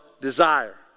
desire